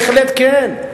בהחלט כן.